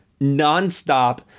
nonstop